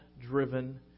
driven